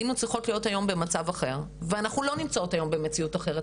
היינו צריכות היום להיות במצב אחר ואנחנו לא נמצאות היום במציאות אחרת,